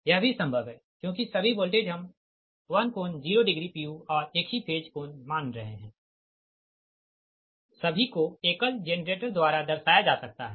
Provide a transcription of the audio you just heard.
यह भी संभव है क्योंकि सभी वोल्टेज हम 1∠0pu और एक ही फेज कोण मान रहे हैं सभी को एकल जेनरेटर द्वारा दर्शाया जा सकता है